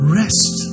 rest